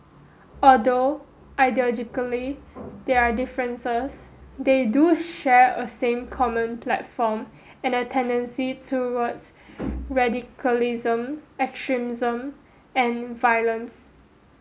although ideologically there are differences they do share a thin common platform and a tendency towards radicalism extremism and violence